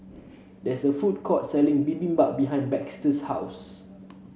there is a food court selling Bibimbap behind Baxter's house